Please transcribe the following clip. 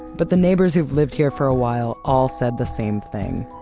but the neighbors who've lived here for a while all said the same thing,